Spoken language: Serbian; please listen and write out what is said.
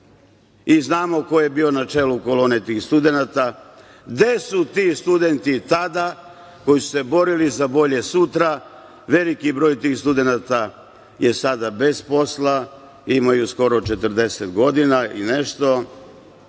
i znamo ko je bio na čelu kolone tih studenata. Gde su ti studenti tada koji su se borili za bolje sutra? Veliki broj tih studenata je sada bez posla, imaju skoro 40 godina i nešto